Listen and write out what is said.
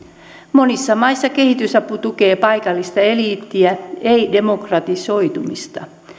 monissa maissa kehitysapu tukee paikallista eliittiä ei demokratisoitumista